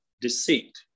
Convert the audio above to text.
deceit